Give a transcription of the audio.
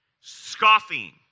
Scoffing